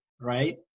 right